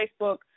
Facebook